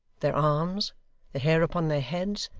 their arms, the hair upon their heads,